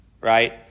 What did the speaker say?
right